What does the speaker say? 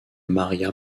maria